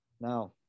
Now